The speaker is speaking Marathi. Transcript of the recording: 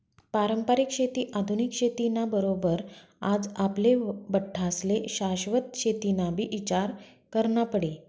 पारंपरिक शेती आधुनिक शेती ना बरोबर आज आपले बठ्ठास्ले शाश्वत शेतीनाबी ईचार करना पडी